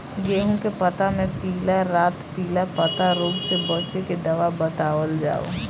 गेहूँ के पता मे पिला रातपिला पतारोग से बचें के दवा बतावल जाव?